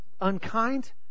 unkind